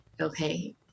okay